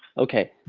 okay.